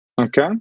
Okay